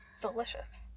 delicious